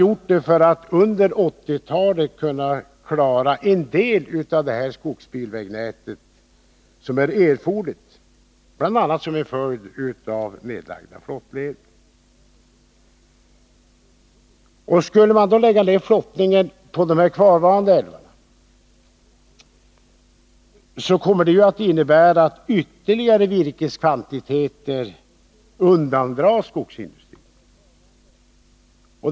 Avsikten har varit att under 1980-talet försöka klara en del av det skogsbilvägnät som erfordras, bl.a. till följd av nedläggningen av flottleder. Skulle flottningen läggas ned i de kvarvarande älvarna, skulle detta komma att innebära att ytterligare virkeskvantiteter undandras skogsindustrin.